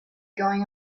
going